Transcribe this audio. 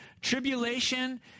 tribulation